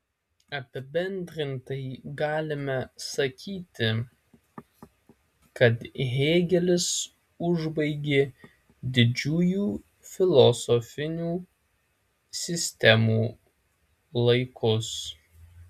apibendrintai galime sakyti kad hėgelis užbaigė didžiųjų filosofinių sistemų laikus